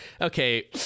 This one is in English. okay